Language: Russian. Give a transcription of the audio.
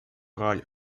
роль